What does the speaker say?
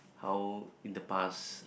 how in the past